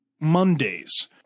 Mondays